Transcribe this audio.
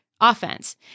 offense